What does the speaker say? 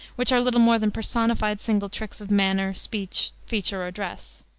which are little more than personified single tricks of manner, speech, feature, or dress.